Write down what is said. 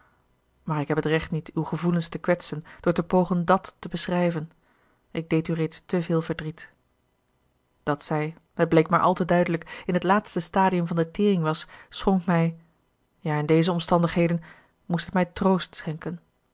aanschouwen maar ik heb het recht niet uw gevoelens te kwetsen door te pogen dat te beschrijven ik deed u reeds te veel verdriet dat zij het bleek maar al te duidelijk in het laatste stadium van de tering was schonk mij ja in deze omstandigheden moest het mij troost schenken